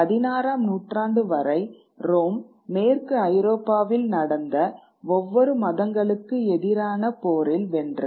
பதினாறாம் நூற்றாண்டு வரை ரோம் மேற்கு ஐரோப்பாவில் நடந்த ஒவ்வொரு மதங்களுக்கு எதிரான போரில் வென்றது